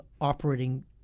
operating